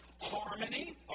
harmony